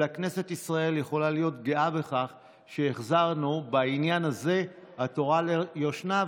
אלא כנסת ישראל יכולה להיות גאה בכך שהחזרנו בעניין הזה עטרה ליושנה,